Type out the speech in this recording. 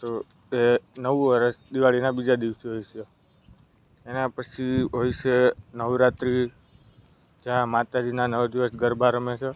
તો તે નવું વર્ષ દિવાળીના બીજા દિવસે એના પછી હોય છે નવરાત્રી જ્યાં માતાજીના નવ દિવસ ગરબા રમે છે